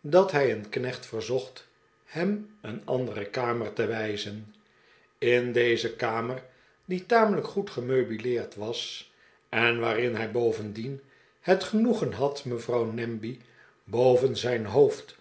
dat hij een knecht verzocht hem een andere kamer te wijzen in deze kamer die tamelijk goed gemeubileerd was en waarin hij bovendien het genoegen had mevrouw namby boven zijn hoofd